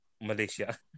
Malaysia